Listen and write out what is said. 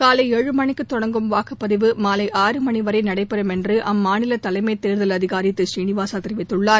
காலை ஏழு மணிக்குத் தொடங்கும் வாக்குப்பதிவு மாலை ஆறுமணி வரை நடைபெறும் என்று அம்மாநில தலைத் தேர்தல் அதிகாரி திரு ஸ்ரீநிவாஸா தெரிவித்தார்